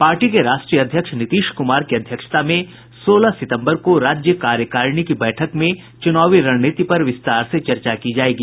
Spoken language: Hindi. पार्टी के राष्ट्रीय अध्यक्ष नीतीश कुमार की अध्यक्षता में सोलह सितम्बर को राज्य कार्यकारिणी की बैठक में चुनावी रणनीति पर विस्तार से चर्चा की जायेगी